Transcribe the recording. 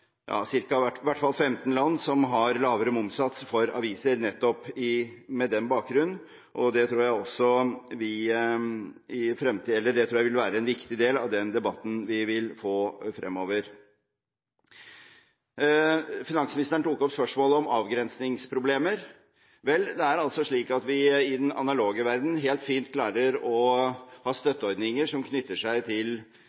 fall 15 land som har lavere momssats for aviser nettopp på den bakgrunn, og jeg tror det vil være en viktig del av debatten vi vil få fremover. Finansministeren tok opp spørsmålet om avgrensningsproblemer. Vel, i den analoge verden klarer vi